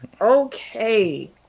Okay